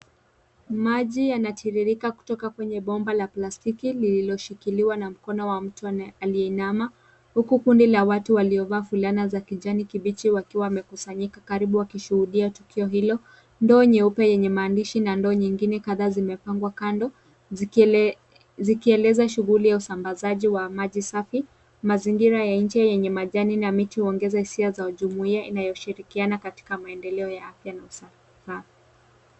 Maji yanatiririka kutoka kwenye bomba la plastiki lililoshikiliwa na mkono wa mtu aliyeinama huku kundi la watu waliovaa fulana za kijani kibichi wakiwa wamekusanyika karibu wakishuhudia tukio hilo. Ndoo nyeupe yenye maandishi na ndoo nyingine kadhaa zimepangwa kando. Zikieleza shughuli ya usambazaji wa maji safi. Mazingira ya nje yenye majani na miti huongeza hisia za ujumuiya inayoshirikiana katika maendeleo yake na usawa.